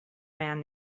man